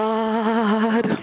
God